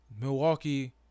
Milwaukee